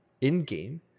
in-game